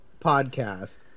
podcast